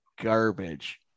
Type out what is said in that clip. garbage